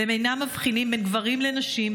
והם אינם מבחינים בין גברים לנשים,